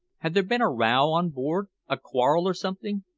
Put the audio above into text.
had there been a row on board a quarrel or something?